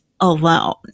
alone